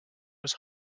his